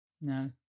No